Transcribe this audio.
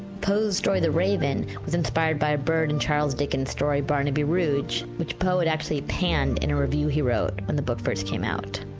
poe's, story the raven, was inspired by a bird in charles dickens' story, barnaby rouge, which poe had actually panned in a review he wrote when the book first came out.